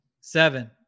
Seven